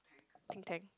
think tank